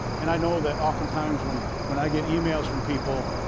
and i know that oftentimes when when i get emails from people,